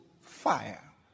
fire